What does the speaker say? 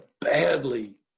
badly